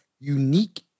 unique